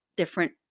Different